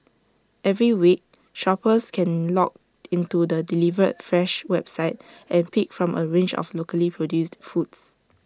every week shoppers can log into the delivered fresh website and pick from A range of locally produced foods